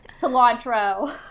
cilantro